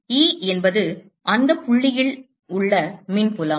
E என்பது அந்த புள்ளியில் உள்ள மின் புலம்